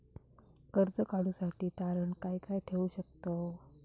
कर्ज काढूसाठी तारण काय काय ठेवू शकतव?